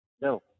No